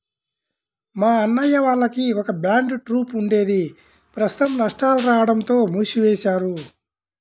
మా అన్నయ్య వాళ్లకి ఒక బ్యాండ్ ట్రూప్ ఉండేది ప్రస్తుతం నష్టాలు రాడంతో మూసివేశారు